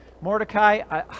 Mordecai